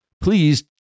Please